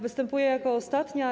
Występuję jako ostatnia.